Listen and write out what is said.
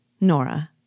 Nora